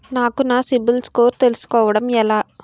నాకు నా సిబిల్ స్కోర్ తెలుసుకోవడం ఎలా?